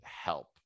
help